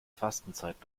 fastenzeit